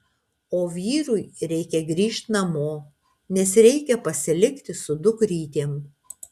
o vyrui reik grįžt namo nes reikia pasilikti su dukrytėm